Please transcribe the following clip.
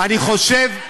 אני חושב,